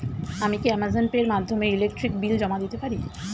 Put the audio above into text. আমি কি Amazon Pay এর মাধ্যমে ইলেকট্রিক বিল জমা দিতে পারি?